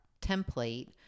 template